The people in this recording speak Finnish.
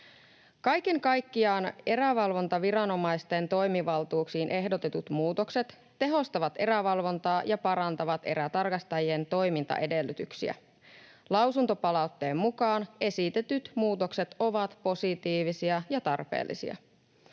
Kaiken kaikkiaan erävalvontaviranomaisten toimivaltuuksiin ehdotetut muutokset tehostavat erävalvontaa ja parantavat erätarkastajien toimintaedellytyksiä. Lausuntopalautteen mukaan esitetyt muutokset ovat positiivisia ja tarpeellisia.